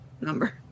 number